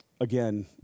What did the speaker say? again